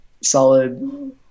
solid